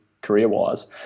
career-wise